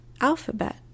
alphabet